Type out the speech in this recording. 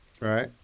Right